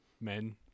men